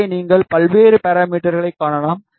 இங்கே நீங்கள் பல்வேறு பாராமீட்டர்களைக் காணலாம்